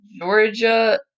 Georgia